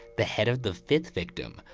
the head of the fifth victim,